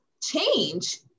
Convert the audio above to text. change